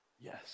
Yes